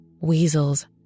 weasels